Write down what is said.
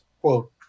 quote